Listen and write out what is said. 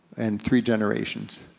and three generations,